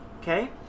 okay